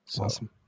awesome